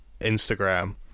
Instagram